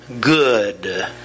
good